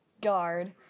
guard